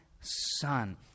son